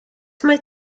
mae